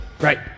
Right